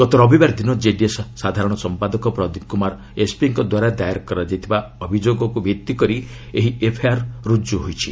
ଗତ ରବିବାର ଦିନ କେଡିଏସ୍ ସାଧାରଣ ସମ୍ପାଦକ ପ୍ରଦୀପ କୁମାର ଏସ୍ପିଙ୍କ ଦ୍ୱାରା ଦାୟର୍ କରାଯାଇଥିବା ଅଭିଯୋଗକୁ ଭିତ୍ତି କରି ଏହି ଏଫ୍ଆଇଆର୍ ରୁଜୁ ହୋଇଛି